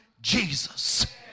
Jesus